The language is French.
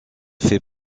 fait